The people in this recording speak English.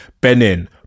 Benin